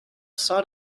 sought